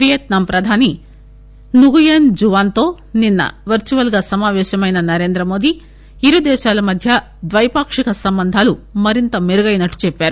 Vietnam ప్రధాని Nguyen జువాన్తో నిన్న వర్చువల్గా సమాపేశమైన నరేంద్ర మోదీ ఇరు దేశాల మధ్య ద్వైపాక్షిక సంబంధాలు మరింత మెరుగైనట్లు చెప్పారు